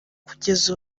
kugeza